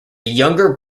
younger